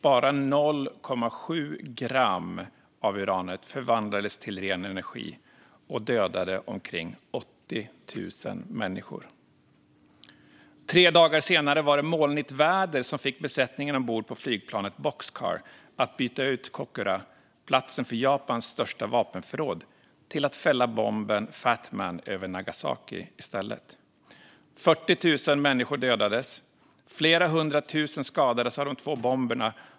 Bara 0,7 gram av uranet förvandlades till ren energi och dödade omkring 80 000 människor. Tre dagar senare fick molnigt väder besättningen ombord på flygplanet Boxcar att fälla bomben Fat Man över Nagasaki i stället för över Kokura, som var platsen för Japans största vapenförråd. 40 000 människor dödades och flera hundratusen skadades av de två bomberna.